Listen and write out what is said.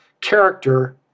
character